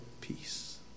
peace